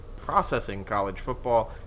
processingcollegefootball